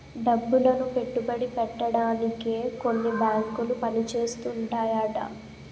డబ్బులను పెట్టుబడి పెట్టడానికే కొన్ని బేంకులు పని చేస్తుంటాయట